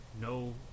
no